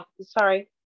sorry